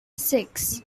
six